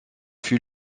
fut